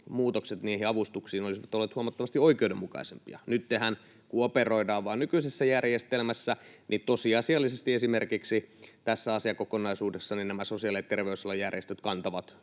muutokset niihin avustuksiin olisivat olleet huomattavasti oikeudenmukaisempia. Nyttenhän, kun operoidaan vaan nykyisessä järjestelmässä, tosiasiallisesti esimerkiksi tässä asiakokonaisuudessa nämä sosiaali- ja terveysalan järjestöt kantavat